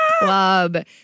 club